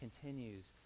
continues